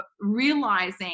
realizing